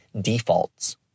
defaults